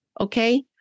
okay